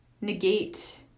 negate